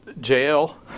jail